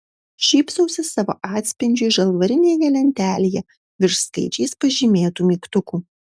šypsausi savo atspindžiui žalvarinėje lentelėje virš skaičiais pažymėtų mygtukų